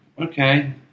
okay